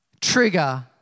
trigger